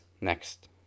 next